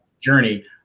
journey